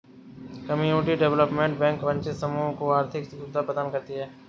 community development bank वंचित समूह को आर्थिक सुविधा प्रदान करती है